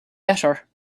better